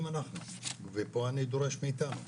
אם אנחנו ופה אני דורש מאיתנו,